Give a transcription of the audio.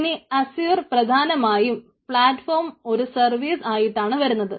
ഇനി അസ്യുർ പ്രധാനമായും പ്ലാറ്റ്ഫോം ഒരു സർവീസ് ആയിട്ടാണ് വരുന്നത്